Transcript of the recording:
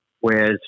Whereas